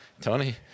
Tony